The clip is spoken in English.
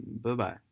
Bye-bye